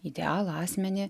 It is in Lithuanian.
idealą asmenį